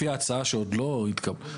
לפי ההצעה שעוד לא התקבלה,